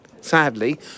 sadly